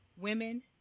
women